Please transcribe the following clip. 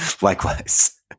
Likewise